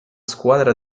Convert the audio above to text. squadra